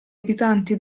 abitanti